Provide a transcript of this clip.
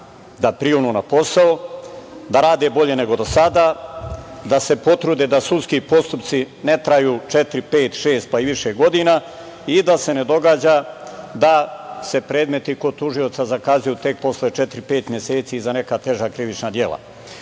da prionu na posao, da rade bolje nego do sada, da se potrude da sudski postupci ne traju četiri, pet, šest, pa i više godina, i da se ne događa da se predmeti kod tužioca zakazuju tek posle četiri, pet meseci za neka teža krivična dela. Mi